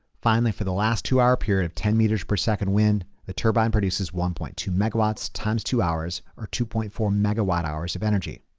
finally, for the last two hour period of ten meters per second wind, the turbine produces one point two megawatts times two hours or two point four megawatt hours of energy.